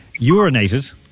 urinated